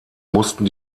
mussten